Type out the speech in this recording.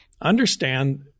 Understand